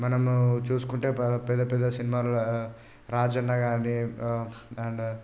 మనము చూసుకుంటే ప పెద్ద పెద్ద సినిమాలా రాజన్న కాని అండ్